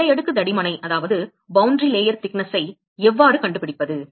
எல்லை அடுக்கு தடிமனை எவ்வாறு கண்டுபிடிப்பது